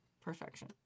Perfection